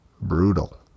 Brutal